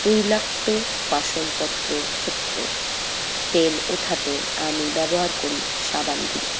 তৈলাক্ত বাসনপত্রের ক্ষেত্রে তেল ওঠাতে আমি ব্যবহার করি সাবান গুঁড়ি